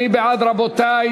מי בעד, רבותי?